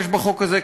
יש בחוק הזה,